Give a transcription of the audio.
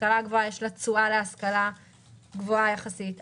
בהשכלה גבוהה יש תשואה גבוהה יחסית להשכלה,